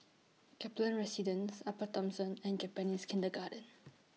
Kaplan Residence Upper Thomson and Japanese Kindergarten